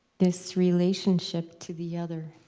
this relationship to the other,